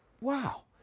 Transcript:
Wow